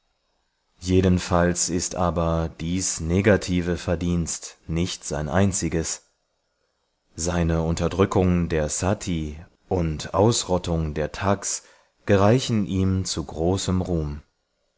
jedenfalls ist aber dies negative verdienst nicht sein einziges seine unterdrückung der sati und ausrottung der thagssati witwenverbrennung thags würger religiöse und professionelle raubmörder im dienste der schrecklichen göttin kali gereichen ihm zu großem ruhm